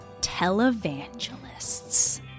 televangelists